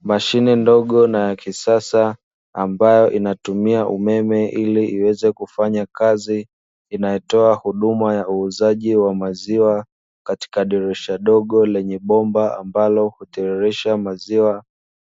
Mashine ndogo na ya kisasa ambayo inatumia umeme ili iweze kufanya kazi, inayotoa huduma ya uuzaji wa maziwa katika dirisha dogo lenye bomba ambalo hutiririsha maziwa,